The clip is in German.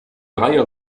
reihe